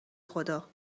خدا